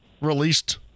released